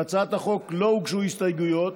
להצעת החוק לא הוגשו הסתייגויות,